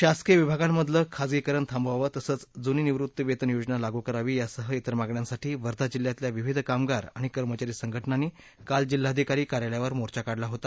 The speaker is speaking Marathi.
शासकीय विभागांमधलं खासगीकरण थांबवावं तसंच जुनी निवृत्त वितेन योजना लागू करावी यासह त्विर मागण्यांसाठी वर्धा जिल्ह्यातल्या विविध कामगार आणि कर्मचारी संघटनांनी काल जिल्हाधिकारी कार्यालयावर मोर्चा काढला होता